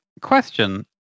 question